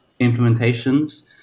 implementations